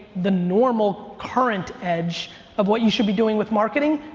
the normal, current edge of what you should be doing with marketing,